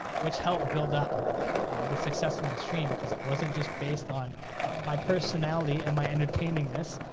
which helped build up the success of my stream, cause it wasn't just based on my personality and my entertainingness.